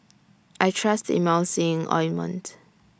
I Trust Emulsying Ointment